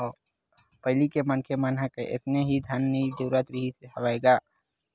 पहिली के मनखे मन ह अइसने ही धन नइ जोरत रिहिस हवय गा